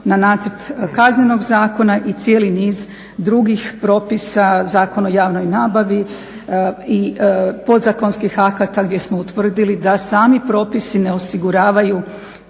na nacrt Kaznenog zakona i cijeli niz drugih propisa Zakon o javnoj nabavi i podzakonskih akata gdje smo utvrdili da sami propisi ne osiguravaju